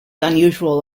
unusual